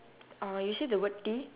uh you see the word T